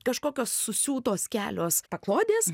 kažkokios susiūtos kelios paklodės